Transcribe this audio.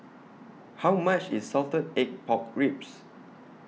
How much IS Salted Egg Pork Ribs